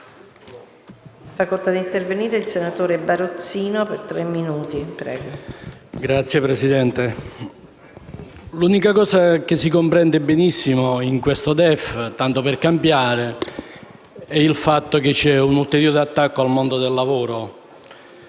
l'unica cosa che si comprende benissimo in questo DEF - tanto per cambiare - è che c'è un ulteriore attacco al mondo del lavoro,